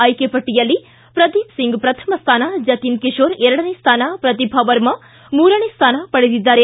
ಆಯ್ಕೆ ಪಟ್ಟಿಯಲ್ಲಿ ಪ್ರದೀಪ್ ಸಿಂಗ್ ಪ್ರಥಮ ಸ್ವಾನ ಜತಿನ್ ಕಿಶೋರ್ ಎರಡನೇ ಸ್ಥಾನ ಹಾಗೂ ಪ್ರತಿಭಾ ವರ್ಮ ಮೂರನೇ ಸ್ಥಾನ ವಡೆದಿದ್ದಾರೆ